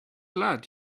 lad